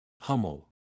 Hummel